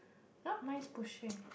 no mine is pushing